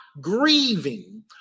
grieving